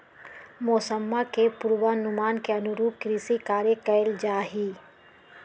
मौसम्मा के पूर्वानुमान के अनुरूप कृषि कार्य कइल जाहई